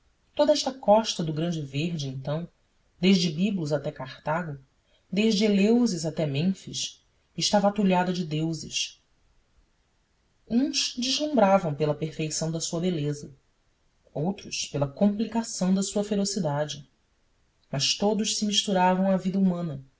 toda esta costa do grande verde então desde biblos até cartago desde elêusis até mênfis estava atulhada de deuses uns deslumbravam pela perfeição da sua beleza outros pela complicação da sua ferocidade mas todos se misturavam à vida humana